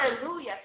Hallelujah